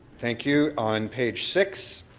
thank you. on page six,